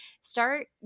start